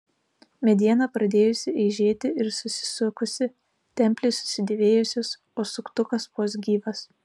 mediena pradėjusi eižėti ir susisukusi templės susidėvėjusios o suktukas vos gyvas